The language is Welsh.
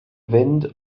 fynd